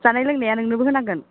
जानाय लोंनाया नोंनोबो होनांगोन